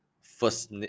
first